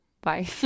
Bye